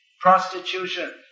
prostitution